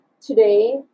today